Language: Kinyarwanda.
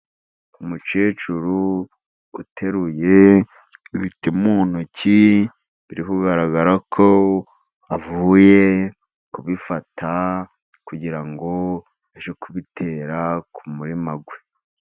Umukecuru uteruye ibiti mu ntoki biri kugaragara ko avuye kubifata kugirango ajye kubitera k'umurima we.